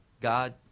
God